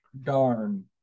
Darn